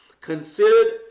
considered